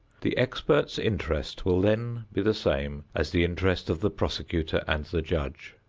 the expert's interest will then be the same as the interest of the prosecutor and the judge.